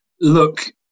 look